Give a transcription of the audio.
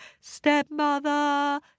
stepmother